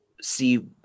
see